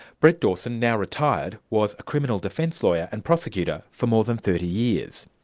brett dawson, now retired, was a criminal defence lawyer and prosecutor for more than thirty years.